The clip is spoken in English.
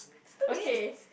okay